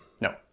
No